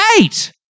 eight